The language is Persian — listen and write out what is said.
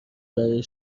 برای